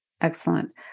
Excellent